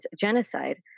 genocide